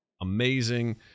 Amazing